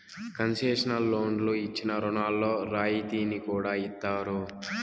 concessional లోన్లు ఇచ్చిన రుణాల్లో రాయితీని కూడా ఇత్తారు